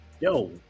yo